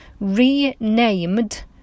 renamed